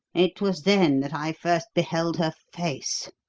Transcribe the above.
it was then that i first beheld her face.